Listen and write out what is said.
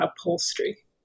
upholstery